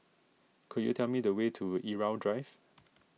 could you tell me the way to Irau Drive